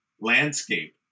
landscape